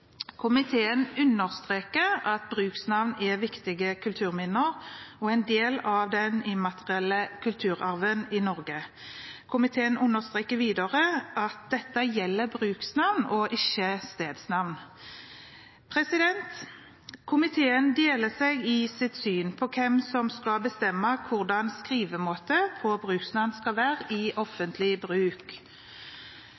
Komiteen understreker at bruksnavn er viktige kulturminner og en del av den immaterielle kulturarven i Norge. Komiteen understreker videre at dette gjelder bruksnavn og ikke stedsnavn. Komiteen deler seg i synet på hvem som skal bestemme hvordan skrivemåten på bruksnavn skal være i offentlig bruk.